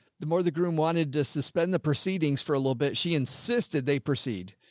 the more the groom wanted to suspend the proceedings for a little bit, she insisted they proceed.